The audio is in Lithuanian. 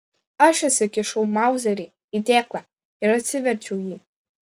aš įsikišau mauzerį į dėklą ir atsiverčiau jį